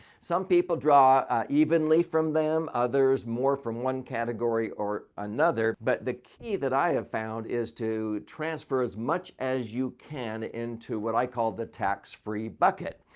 some people draw from evenly from them. others more from one category or another. but the key that i have found is to transfer as much as you can into what i call the tax-free bucket.